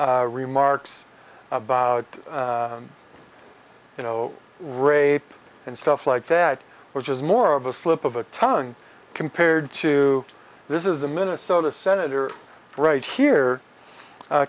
remarks about you know rape and stuff like that which is more of a slip of a tongue compared to this is the minnesota senator right here